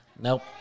nope